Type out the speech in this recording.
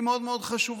היא מאוד מאוד חשובה.